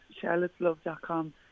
charlotteslove.com